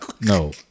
No